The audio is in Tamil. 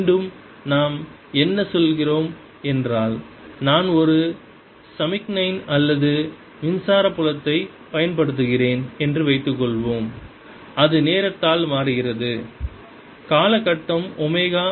மீண்டும் நாம் என்ன சொல்கிறோம் என்றால் நான் ஒரு சமிக்ஞை அல்லது மின்சாரத் புலத்தை பயன்படுத்துகிறேன் என்று வைத்துக்கொள்வோம் இது நேரத்தால் மாறுகிறது காலகட்டம் ஒமேகா